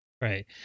Right